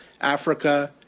Africa